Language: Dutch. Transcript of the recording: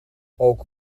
ook